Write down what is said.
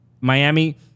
Miami